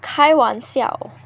开玩笑